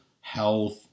health